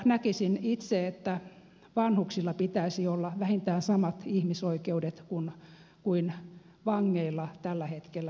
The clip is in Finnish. näkisin itse että vanhuksilla pitäisi olla vähintään samat ihmisoikeudet kuin vangeilla tällä hetkellä suomessa